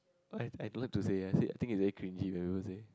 I I don't like to say I said I think is very cringy when people say